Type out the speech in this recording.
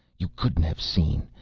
you couldn't have seen,